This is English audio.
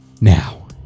now